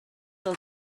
del